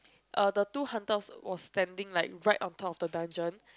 uh the two hunters was standing like right on top of the dungeon